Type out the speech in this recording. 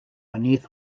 beneath